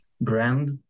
brand